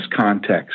context